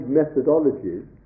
methodologies